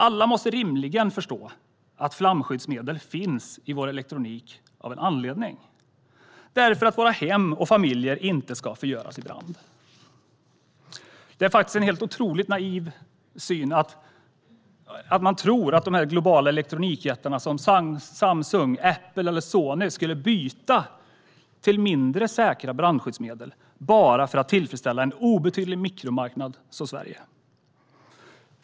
Alla måste rimligen förstå att flamskyddsmedel finns i vår elektronik av en anledning, nämligen att våra hem och familjer inte ska förgöras i brand. Det är faktiskt helt otroligt naivt att tro att de globala elektronikjättarna, som Samsung, Apple eller Sony, skulle byta till mindre säkra brandskyddsmedel bara för att tillfredsställa en obetydlig mikromarknad som Sverige.